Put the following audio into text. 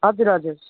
हजुर हजुर